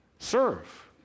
Serve